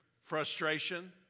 frustration